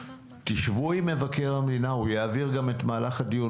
תשבו עם מבקר המדינה הוא יעביר גם את מהלך הדיון